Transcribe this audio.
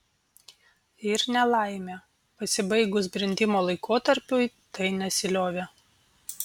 ir nelaimė pasibaigus brendimo laikotarpiui tai nesiliovė